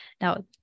Now